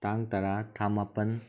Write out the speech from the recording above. ꯇꯥꯡ ꯇꯔꯥ ꯊꯥ ꯃꯥꯄꯜ